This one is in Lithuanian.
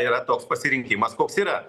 yra toks pasirinkimas koks yra